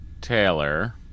taylor